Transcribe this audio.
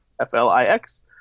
F-L-I-X